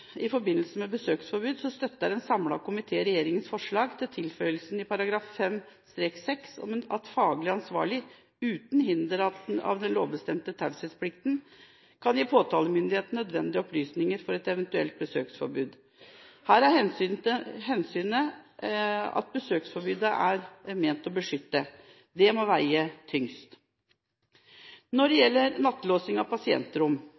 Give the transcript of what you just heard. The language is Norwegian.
i forbindelse med besøksforbud, støtter en samlet komité regjeringens forslag til tilføyelsen i § 5-6 om at faglig ansvarlig, uten å være hindret av den lovbestemte taushetsplikten, kan gi påtalemyndigheten nødvendige opplysninger for et eventuelt besøksforbud. Her er hensynet at besøksforbudet er ment å beskytte. Det må veie tyngst. Når det gjelder nattelåsing av pasientrom,